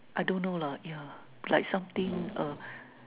I don't know lah yeah like something err